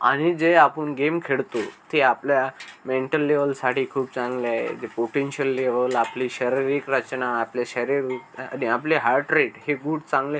आणि जे आपण गेम खेळतो ते आपल्या मेंटल लेवलसाठी खूप चांगलं आहे ते पोटेंशियल लेवल आपली शारीरिक रचना आपले शरीर आणि आपले हार्टरेट हे गुड चांगले